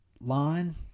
Line